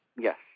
Yes